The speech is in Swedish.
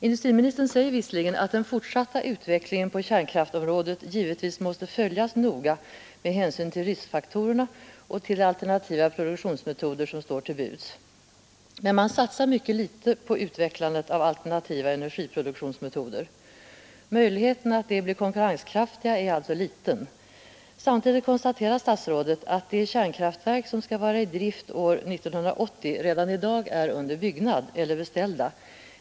Industriministern säger visserligen att den fortsatta utvecklingen på kärnkraftområdet givetvis måste följas noga med hänsyn till riskfaktorerna och till alternativa produktionsmetoder som står till buds. Men man satsar ytterst litet på utvecklandet av alternativa energiproduktionsmetoder. Möjligheten att de blir konkurrenskraftiga är alltså liten. Samtidigt konstaterar statsrådet att de kärnkraftverk som skall vara i drift år 1980 är redan i dag under byggnad eller beställda.